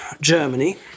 Germany